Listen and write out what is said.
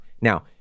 Now